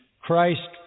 Christ